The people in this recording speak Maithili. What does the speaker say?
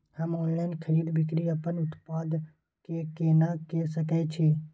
हम ऑनलाइन खरीद बिक्री अपन उत्पाद के केना के सकै छी?